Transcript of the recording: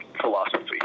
philosophy